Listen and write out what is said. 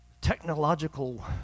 technological